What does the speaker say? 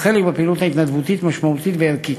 חלק בפעילות ההתנדבותית משמעותית וערכית.